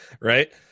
Right